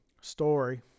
story